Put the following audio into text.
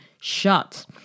shut